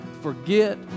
forget